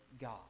God